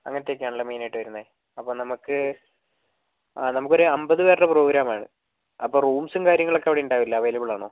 അങ്ങനത്തെ ഒക്കെ ആണല്ലേ മെയിൻ ആയിട്ട് വരുന്നത് അപ്പോൾ നമുക്ക് ആ നമുക്ക് ഒരു അമ്പത് പേരുടെ പ്രോഗ്രാം ആണ് അപ്പോൾ റൂംസും കാര്യങ്ങളൊക്കെ അവിടെ ഉണ്ടാവില്ലേ അവൈലബിൾ ആണോ